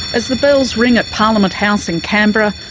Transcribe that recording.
as the bells ring at parliament house in canberra,